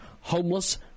Homeless